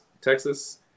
Texas